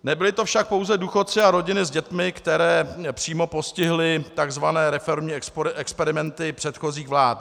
Nebyli to však pouze důchodci a rodiny s dětmi, které přímo postihly tzv. reformní experimenty předchozích vlád.